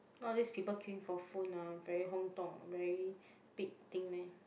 nowadays people queuing for phone ah very 轰动 very big thing meh